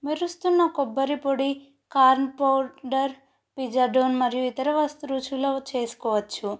మెరుస్తున్న కొబ్బరిపొడి corn powder పిజ్జాడోన్ మరియు ఇతర వస్తు రుచులు చేసుకోవచ్చు